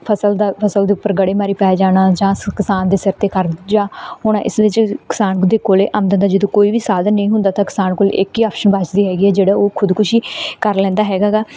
ਫਸਲ ਦਾ ਫਸਲ ਦੇ ਉੱਪਰ ਗੜ੍ਹੇ ਮਾਰੀ ਪੈ ਜਾਣਾ ਜਾਂ ਸ ਕਿਸਾਨ ਦੇ ਸਿਰ 'ਤੇ ਕਰਜ਼ਾ ਹੋਣਾ ਇਸ ਵਿੱਚ ਕਿਸਾਨ ਦੇ ਕੋਲ ਆਮਦਨ ਦਾ ਜਦੋਂ ਕੋਈ ਵੀ ਸਾਧਨ ਨਹੀਂ ਹੁੰਦਾ ਤਾਂ ਕਿਸਾਨ ਕੋਲ ਇੱਕ ਹੀ ਆਪਸ਼ਨ ਬਚਦੀ ਹੈਗੀ ਹੈ ਜਿਹੜਾ ਉਹ ਖ਼ੁਦਕੁਸ਼ੀ ਕਰ ਲੈਂਦਾ ਹੈਗਾ ਗਾ